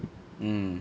mm